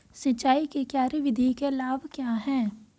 सिंचाई की क्यारी विधि के लाभ क्या हैं?